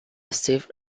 steve